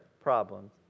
problems